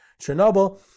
Chernobyl